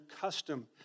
custom